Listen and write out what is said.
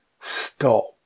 Stop